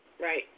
right